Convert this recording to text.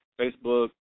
Facebook